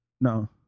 No